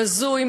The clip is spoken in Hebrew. בזוי,